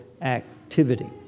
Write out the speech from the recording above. activity